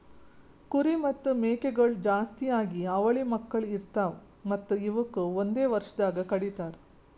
ಕುರಿ ಮತ್ತ್ ಮೇಕೆಗೊಳ್ ಜಾಸ್ತಿಯಾಗಿ ಅವಳಿ ಮಕ್ಕುಳ್ ಇರ್ತಾವ್ ಮತ್ತ್ ಇವುಕ್ ಒಂದೆ ವರ್ಷದಾಗ್ ಕಡಿತಾರ್